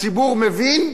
הציבור מבין,